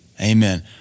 Amen